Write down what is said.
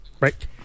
Right